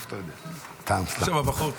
סתם, סתם.